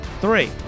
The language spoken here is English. Three